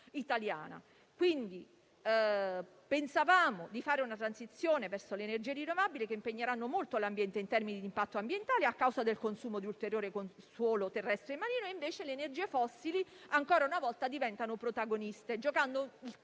italiana. Pensavamo di fare una transizione verso le energie rinnovabili, che impegneranno molto l'ambiente in termini di impatto ambientale, a causa del consumo di ulteriore suolo terrestre, ma le energie fossili ancora una volta diventano protagoniste, giocando sul